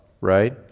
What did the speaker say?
right